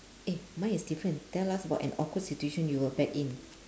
eh mine is different tell us about an awkward situation you were back in